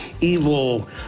evil